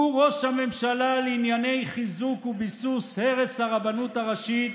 הוא ראש הממשלה לענייני חיזוק וביסוס הרס הרבנות הראשית